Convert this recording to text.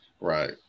Right